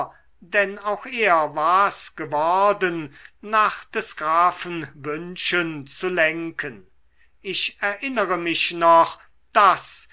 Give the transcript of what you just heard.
denn auch er war's geworden nach des grafen wünschen zu lenken ich erinnere mich noch daß